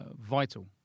vital